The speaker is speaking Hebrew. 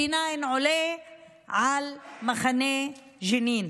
D9 עולה על מחנה ג'נין,